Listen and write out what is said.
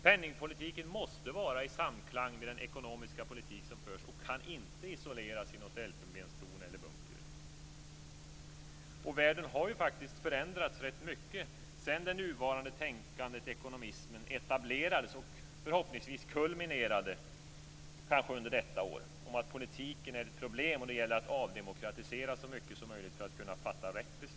Penningpolitiken måste vara i samklang med den ekonomiska politik som förs och kan inte isoleras i något elfenbenstorn eller någon bunker. Världen har faktiskt förändrats mycket sedan nuvarande tänkande, ekonomismen, etablerades och förhoppningsvis kulminerade under detta år. Enligt denna är politiken ett problem, och det gäller att avdemokratisera så mycket som möjligt för att kunna fatta rätt beslut.